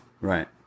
Right